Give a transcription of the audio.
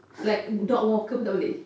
like dog walker pun tak boleh